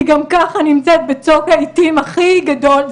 היא גם ככה נמצאת בצוק העיתים הכי גדול.